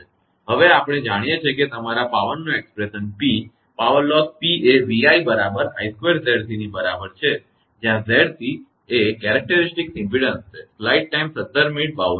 હવે આપણે જાણીએ છીએ કે તમારા પાવરનું expression p power loss p એ 𝑣𝑖 બરાબર 𝑖2𝑍𝑐 ની બરાબર છે જ્યાં 𝑍𝑐 લાક્ષણિક ઇમપેડન્સ છે